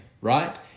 right